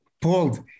pulled